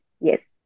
Yes